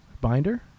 binder